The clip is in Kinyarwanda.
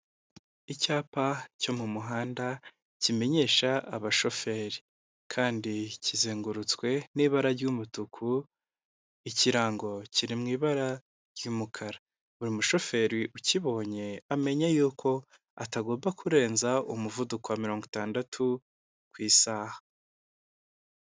Icyapa cyo mu muhanda kimenyesha abashoferi kandi kizengurutswe n'ibara ry'umutuku ikirango kiri mu ibara ry'umukara buri mushoferi ukibonye amenya yuko atagomba kurenza umuvuduko wa mirongo itandatu ku isaha.